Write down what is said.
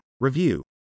review